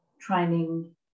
training